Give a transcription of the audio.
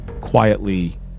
quietly